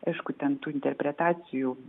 aišku ten tų interpretacijų